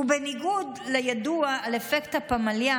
ובניגוד לידוע על אפקט הפמליה,